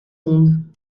ondes